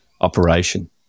operation